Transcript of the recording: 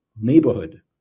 neighborhood